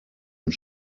und